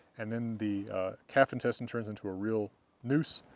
and then the calf intestine turns into a real noose,